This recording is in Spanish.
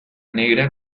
negra